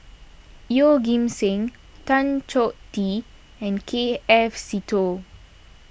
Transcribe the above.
Yeoh Ghim Seng Tan Choh Tee and K F Seetoh